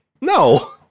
no